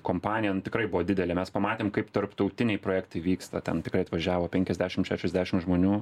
kompanija nu tikrai buvo didelė mes pamatėm kaip tarptautiniai projektai vyksta ten tikrai atvažiavo penkiasdešim šešiasdešim žmonių